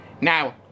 now